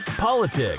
politics